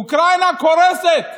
אוקראינה קורסת,